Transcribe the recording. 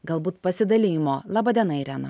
galbūt pasidalijimo laba diena irena